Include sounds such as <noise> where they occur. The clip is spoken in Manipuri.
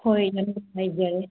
ꯍꯣꯏ <unintelligible>